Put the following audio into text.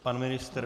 Pan ministr?